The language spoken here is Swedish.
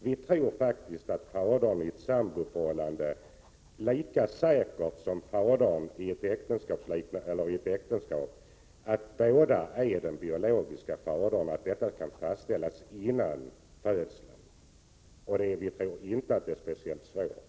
Vi tror faktiskt att en fader som lever i ett samboförhållande lika säkert som en fader som lever i ett äktenskap är den biologiska fadern och att detta kan fastställas före födseln, och vi tror inte att det är speciellt svårt.